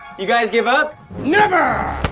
you guys give up never.